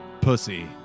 Pussy